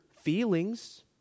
feelings